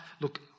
Look